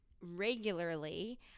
regularly